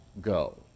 go